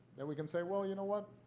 that we can say, well, you know what,